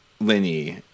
Lenny